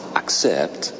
accept